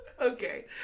Okay